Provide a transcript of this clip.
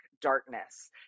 darkness